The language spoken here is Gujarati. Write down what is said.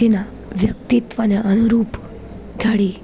તેના વ્યક્તિત્વના અનુરૂપ ઘણી